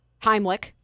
Heimlich